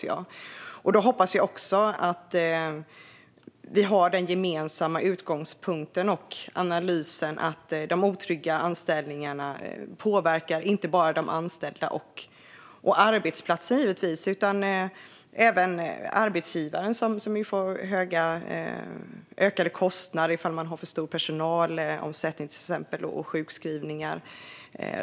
Jag hoppas också att vi då har den gemensamma utgångspunkten och analysen att de otrygga anställningarna påverkar inte bara de anställda och arbetsplatsen utan även arbetsgivaren, som ju får ökade kostnader om man till exempel har för stor personalomsättning och sjukskrivningar.